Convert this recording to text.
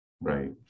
Right